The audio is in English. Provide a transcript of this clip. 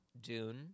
Dune